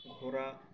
ঘোরা